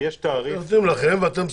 יש תעריף --- נותנים לכם ואתם שוכרים.